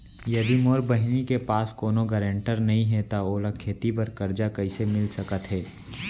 यदि मोर बहिनी के पास कोनो गरेंटेटर नई हे त ओला खेती बर कर्जा कईसे मिल सकत हे?